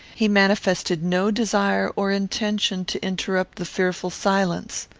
he manifested no desire or intention to interrupt the fearful silence.